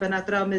(אומרת דברים בשפה הערבית להלן התרגום החופשי)